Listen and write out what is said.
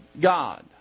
God